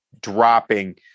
dropping